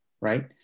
right